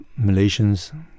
Malaysians